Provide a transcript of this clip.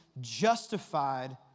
justified